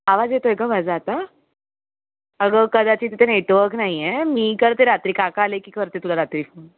आवाज येतो आहे का माझा आता अगं कदाचित ते नेटवर्क नाही आहे मी करते रात्री काका आले की करते तुला रात्री फोन